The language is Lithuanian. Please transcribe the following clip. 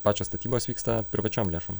pačios statybos vyksta privačiom lėšom